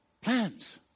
Plans